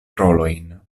rolojn